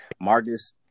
Marcus